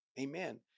Amen